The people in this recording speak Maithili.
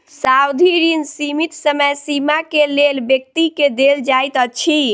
सावधि ऋण सीमित समय सीमा के लेल व्यक्ति के देल जाइत अछि